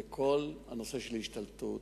וכל הנושא של השתלטות.